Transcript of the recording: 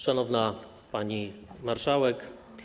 Szanowna Pani Marszałek!